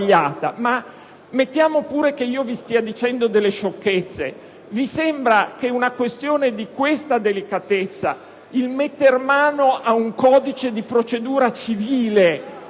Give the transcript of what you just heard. Ma mettiamo pure che io vi stia dicendo delle sciocchezze. Vi sembra che una questione di tale delicatezza, metter mano ad un codice di procedura civile